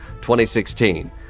2016